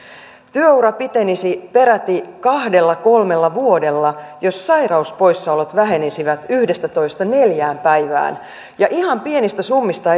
työura pitenisi peräti kahdella kolmella vuodella jos sairauspoissaolot vähenisivät yhdestätoista neljään päivään ja ihan pienistä summista